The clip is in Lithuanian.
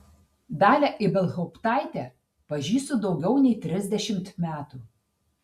dalią ibelhauptaitę pažįstu daugiau nei trisdešimt metų